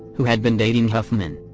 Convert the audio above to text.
who had been dating huffman.